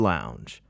Lounge